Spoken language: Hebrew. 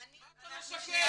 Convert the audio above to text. מה אתה משקר,